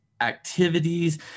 activities